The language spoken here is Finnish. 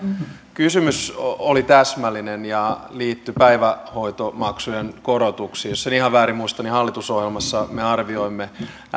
kysymys oli täsmällinen ja liittyi päivähoitomaksujen korotuksiin jos en ihan väärin muista niin hallitusohjelmassa me arvioimme